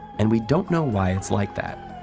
and we don't know why it's like that.